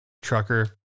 Trucker